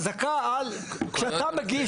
כשאתה מגיש